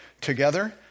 together